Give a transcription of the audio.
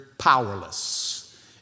powerless